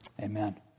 Amen